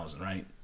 right